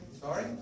Sorry